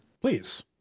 please